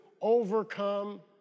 overcome